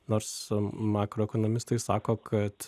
nors makaro ekonomistai sako kad